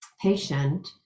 patient